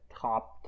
top